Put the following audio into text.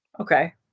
Okay